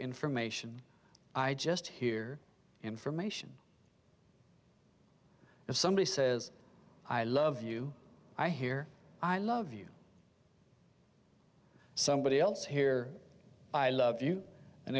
information i just hear information and somebody says i love you i hear i love you somebody else here i love you and